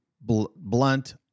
blunt